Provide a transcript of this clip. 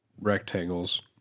rectangles